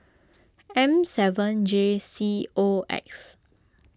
M seven J C O X